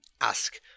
ask